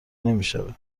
نمیشود